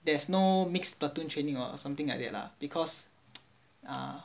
there's no mixed platoon training or what something like that lah because ya